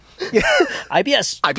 IBS